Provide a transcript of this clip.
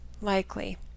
likely